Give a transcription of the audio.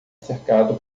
cercado